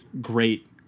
great